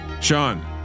Sean